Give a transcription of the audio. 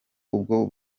ubwo